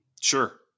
Sure